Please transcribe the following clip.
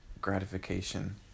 gratification